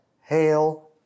hail